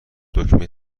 دکمه